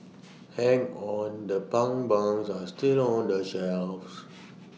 hang on the pun buns are still on the shelves